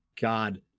God